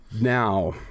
Now